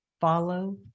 Follow